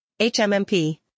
HMMP